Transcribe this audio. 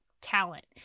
talent